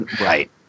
Right